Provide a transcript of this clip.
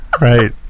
right